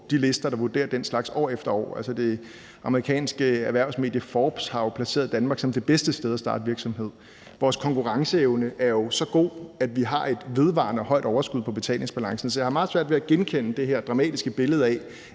de lister, der vurderer den slags, år efter år. Altså, det amerikanske erhvervsmedie Forbes har jo placeret Danmark som det bedste sted at starte virksomhed. Vores konkurrenceevne er jo så god, at vi har et vedvarende højt overskud på betalingsbalancen. Så jeg har meget svært ved at genkende det her dramatiske billede af,